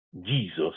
jesus